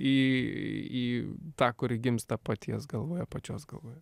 į į tą kuri gimsta paties galvoje pačios galvoje